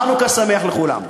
חנוכה שמח לכולם.